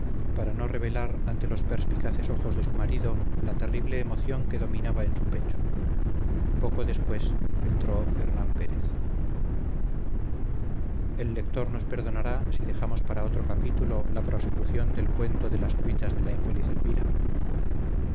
para no revelar ante los perspicaces ojos de su marido la terrible emoción que dominaba en su pecho poco después entró hernán pérez el lector nos perdonará si dejamos para otro capítulo la prosecución del cuento de las cuitas de la infeliz elvira